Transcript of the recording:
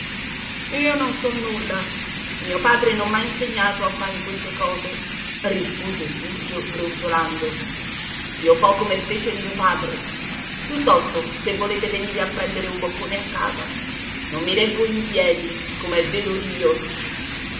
io non so nulla mio padre non m'ha insegnato a fare queste cose rispose burgio brontolando io fo come fece mio padre piuttosto se volete venire a prendere un boccone a casa non mi reggo in piedi com'è vero dio